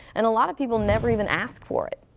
and a lot of people never even ask for it.